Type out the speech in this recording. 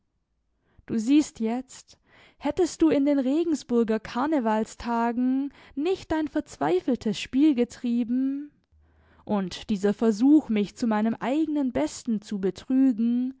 du siehst jetzt hättest du in den regensburger karnevalstagen nicht dein verzweifeltes spiel getrieben und dieser versuch mich zu meinem eigenen besten zu betrügen